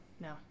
No